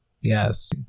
Yes